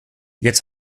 jetzt